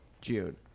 June